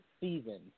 season